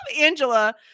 Angela